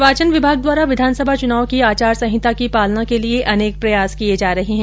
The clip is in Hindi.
निर्वाचन विभाग द्वारा विधानसभा चुनाव की आचार संहिता की पालना के लिये अनेक प्रयास किये जा रहे है